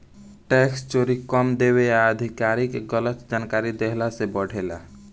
tax चोरी कम देवे आ अधिकारी के गलत जानकारी देहला से बढ़ेला